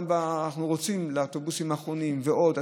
אנחנו רוצים גם לאוטובוסים האחרונים ועוד.